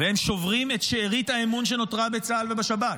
והם שוברים את שארית האמון שנותרה בצה"ל ובשב"כ,